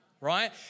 right